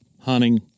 hunting